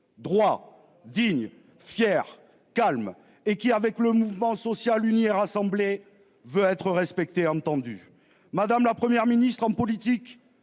droit digne, fier, calme et qui avec le mouvement social uni et rassemblé veut être respecté entendu madame, la Première ministre en politique